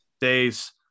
days